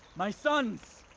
my sons!